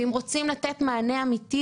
ואם רוצים לתת מענה אמיתי